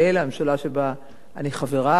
הממשלה שבה אני חברה,